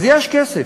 אז יש כסף,